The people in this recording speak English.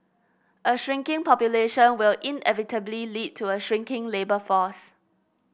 a shrinking population will inevitably lead to a shrinking labour force